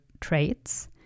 traits